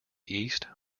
east